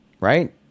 Right